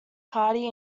party